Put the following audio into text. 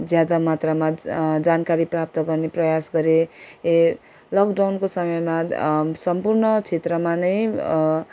ज्यादा मात्रामा जानकारी प्राप्त गर्ने प्रयास गरेँ ए लकडाउनको समयमा सम्पूर्ण क्षेत्रमा नै